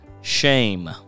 shame